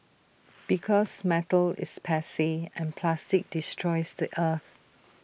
because metal is passe and plastic destroys the earth